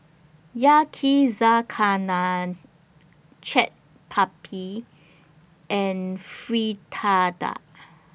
Yakizakana Chaat Papri and Fritada